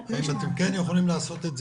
האם אתם כן יכולים לעשות את זה,